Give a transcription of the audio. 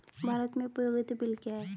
भारत में उपयोगिता बिल क्या हैं?